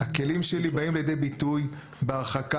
הכלים שלי באים לידי ביטוי בהרחקה.